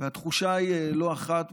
והתחושה היא לא אחת,